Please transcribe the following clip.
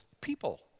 people